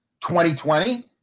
2020